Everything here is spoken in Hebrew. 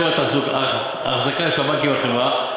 שיעורי ההחזקה של הבנקים בחברה,